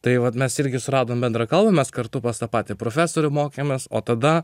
tai vat mes irgi suradome bendrą kalbą mes kartu pas tą patį profesorių mokėmės o tada